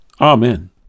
Amen